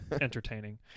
entertaining